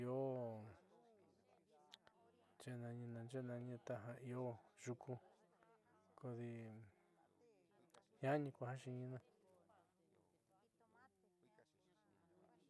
io naaxe'e naaxe'e nani taja io yuku kodi jiaani kuja xi'iniina.